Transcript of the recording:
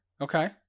Okay